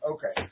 Okay